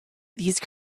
these